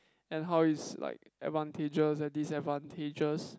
and how is like advantages and disadvantages